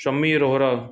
Shami Rohra